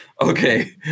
Okay